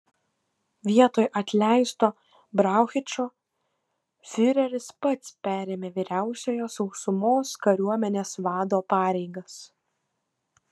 vietoj atleisto brauchičo fiureris pats perėmė vyriausiojo sausumos kariuomenės vado pareigas